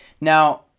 Now